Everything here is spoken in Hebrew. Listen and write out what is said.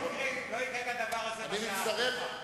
לא יקרה כדבר הזה בשעה הקרובה.